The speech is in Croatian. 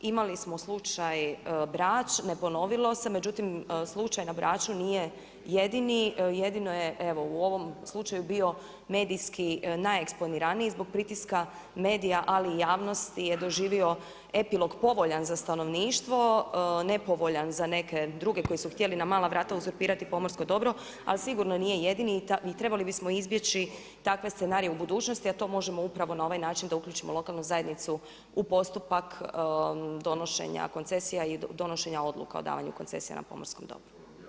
Imali smo slučaj Brač, ne ponovilo se međutim slučaj n Braču nije jedini, jedino je u ovom slučaju bio medijski najeksponiraniji zbog pritiska medija ali i javnosti je doživio epilog povoljan za stanovništvo, nepovoljan za neke druge koji su htjeli na mala vrata uzurpirati pomorsko dobro, ali sigurno nije jedini i trebali bismo izbjeći takve scenarije u budućnosti, a to možemo upravo na ovaj način da uključimo lokalnu zajednicu u postupak donošenja koncesija i donošenja odluka o davanju koncesija na pomorskom dobru.